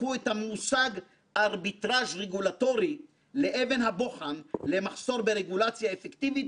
הפכו את המושג ארביטראז' רגולטורי לאבן הבוחן למחסור ברגולציה אפקטיבית